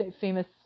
famous